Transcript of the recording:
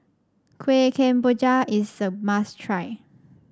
Kueh Kemboja is a must try